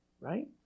right